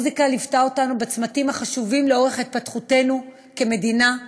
המוזיקה ליוותה אותנו בצמתים חשובים לאורך התפתחותה של המדינה שלנו.